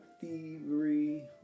thievery